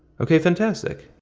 ok fantastic.